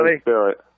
spirit